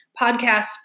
podcast